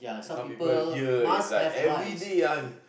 some people here is like everyday ah